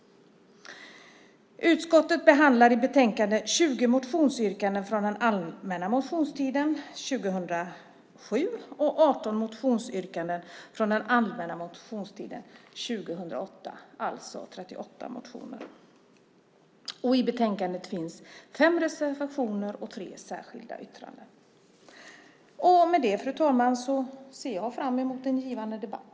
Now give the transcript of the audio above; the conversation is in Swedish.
Utskottet behandlar i betänkandet 20 motionsyrkanden från den allmänna motionstiden 2007 och 18 motionsyrkanden från den allmänna motionstiden 2008, alltså 38 motioner. I betänkandet finns fem reservationer och tre särskilda yttranden. Med det, fru talman, ser jag fram emot en givande debatt.